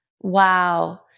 Wow